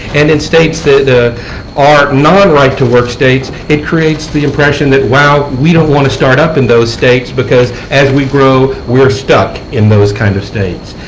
and in states that are non right-to-work states, it creates the impression that, well, we don't want to start up in those states because as we grow, we are stuck in those kind of states.